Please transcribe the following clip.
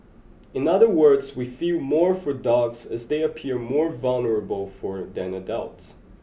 in other words we feel more for dogs as they appear more vulnerable for than adults